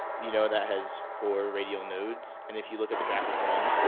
you know that has four radial nodes. and if you look at the graph of one,